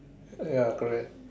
ya correct